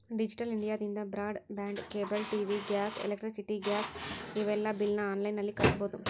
digital ಇಂಡಿಯಾದಿಂದ broadband cable TV gas electricity gas ಇವೆಲ್ಲಾ ಬಿಲ್ನ ಆನ್ಲೈನ್ ನಲ್ಲಿ ಕಟ್ಟಬೊದು